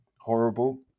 horrible